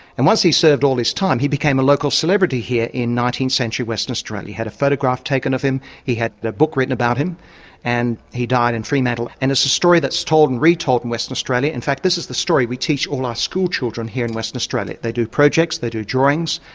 and once he served all his time, he became a local celebrity here in nineteenth century western australia, he had a photograph taken of him, he had a book written about him and he died in fremantle. and it's a story that's told and re-told in western australia. in fact this is the story we teach all our schoolchildren here in western australia. they do projects, they do drawings,